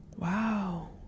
Wow